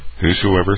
Whosoever